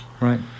right